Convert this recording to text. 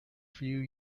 few